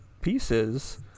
pieces